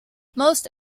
most